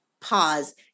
Pause